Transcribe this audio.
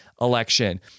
election